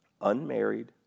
unmarried